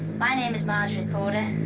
my name is marjorie corder.